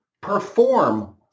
perform